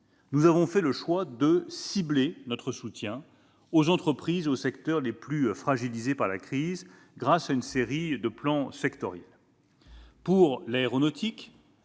Nous avons fait le choix de cibler notre soutien sur les entreprises et les secteurs les plus fragilisés par la crise, grâce à une série de plans sectoriels. Dans l'aéronautique,